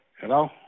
Hello